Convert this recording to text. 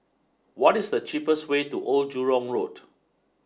what is the cheapest way to Old Jurong Road